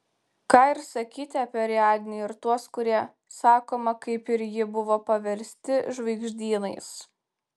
ką ir sakyti apie ariadnę ir tuos kurie sakoma kaip ir ji buvo paversti žvaigždynais